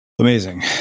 Amazing